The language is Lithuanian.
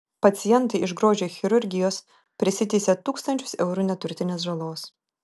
pacientai iš grožio chirurgijos prisiteisė tūkstančius eurų neturtinės žalos